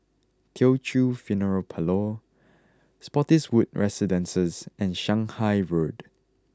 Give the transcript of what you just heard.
Teochew Funeral Parlour Spottiswoode Residences and Shanghai Road